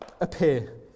appear